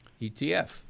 ETF